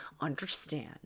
understand